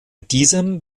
diesem